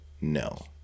No